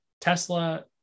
Tesla